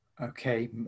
Okay